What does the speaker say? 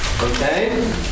Okay